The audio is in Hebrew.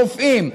רופאים,